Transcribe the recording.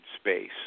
space